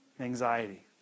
Anxiety